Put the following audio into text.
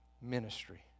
ministry